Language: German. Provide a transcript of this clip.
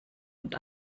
und